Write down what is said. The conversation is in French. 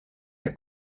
est